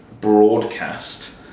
broadcast